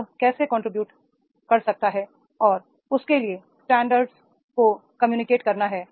वह कैसे कंट्रीब्यूशन कर सकता है और उसके लिए स्टैंडर्ड्स को कम्युनिकेट करना है